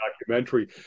documentary